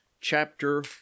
chapter